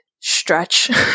stretch